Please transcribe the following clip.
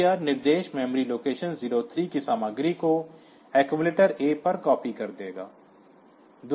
तो यह निर्देश मेमोरी लोकेशन 03 की सामग्री को accumulator A पर कॉपी कर देगा